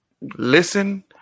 Listen